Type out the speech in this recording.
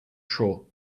shore